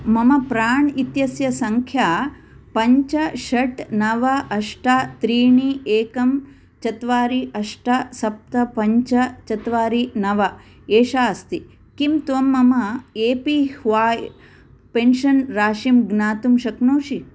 मम प्राण् इत्यस्य सङ्ख्या पञ्च षट् नव अष्ट त्रीणि एकम् चत्वारि अष्ट सप्त पञ्च चत्वारि नव एषा अस्ति किं त्वं मम ए पी ह्वाय् पेन्शन् राशिं ज्ञातुं शक्नोषि